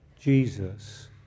Jesus